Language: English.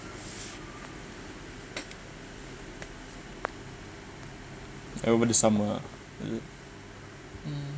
over the summer